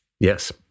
Yes